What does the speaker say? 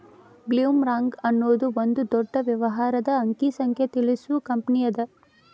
ಬ್ಲೊಮ್ರಾಂಗ್ ಅನ್ನೊದು ಒಂದ ದೊಡ್ಡ ವ್ಯವಹಾರದ ಅಂಕಿ ಸಂಖ್ಯೆ ತಿಳಿಸು ಕಂಪನಿಅದ